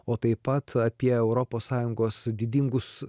o taip pat apie europos sąjungos didingus